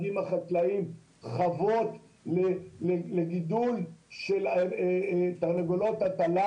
עם החקלאים חוות לגידול של תרנגולות הטלה,